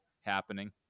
happening